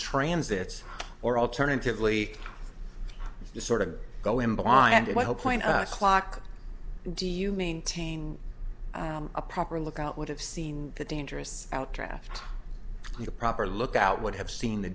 transits or alternatively sort of go in blind while point clock do you maintain a proper lookout would have seen the dangerous out draft a proper lookout would have seen the